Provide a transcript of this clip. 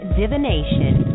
divination